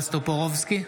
בועז טופורובסקי,